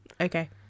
Okay